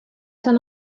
tan